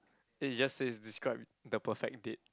it just says describe the perfect date